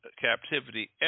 captivity